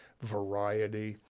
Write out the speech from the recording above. variety